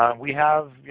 um we have,